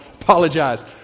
Apologize